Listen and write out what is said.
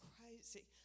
crazy